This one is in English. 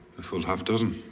a full half dozen.